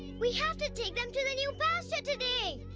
we have to take them to the new pasture today.